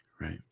right